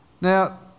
Now